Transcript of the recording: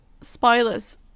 spoilers